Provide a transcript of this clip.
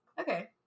okay